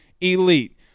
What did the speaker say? elite